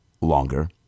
longer